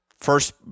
First